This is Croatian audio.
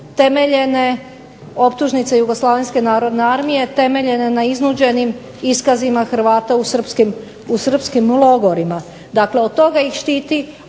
temeljene, optužnice Jugoslavenske narodne armije temeljena na iznuđenim iskazima Hrvata u srpskim logorima. Dakle, od toga ih štiti,